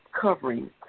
covering